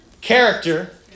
Character